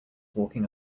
walking